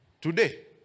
Today